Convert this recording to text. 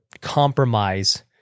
compromise